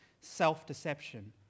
self-deception